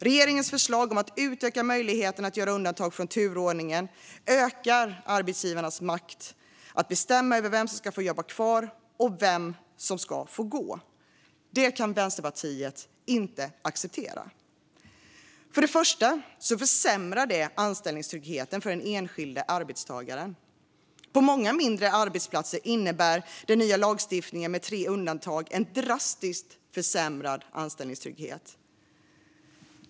Regeringens förslag om att utöka möjligheten att göra undantag från turordningen ökar arbetsgivarnas makt att bestämma över vem som ska få jobba kvar och vem som ska få gå. Detta kan Vänsterpartiet inte acceptera. För det första försämrar det anställningstryggheten för den enskilda arbetstagaren. På många mindre arbetsplatser innebär den nya lagstiftningen med tre undantag en drastiskt försämrad anställningstrygghet.